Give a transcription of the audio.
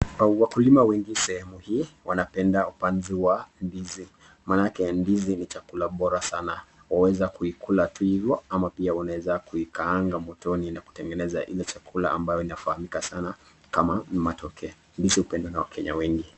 Wakulima wengi sehemu hii wanapenda upanzi wa ndizi, maanake ndizi ni chakula bora sana. Waweza kuikula hivyo ama pia unaweza kuikaanga motoni na kutengeneza ile chakula ambayo inafahamika sana kama matoke. Ndizi hupendwa na wakenya wengi.